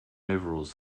overalls